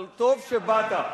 אבל טוב שבאת,